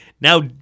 Now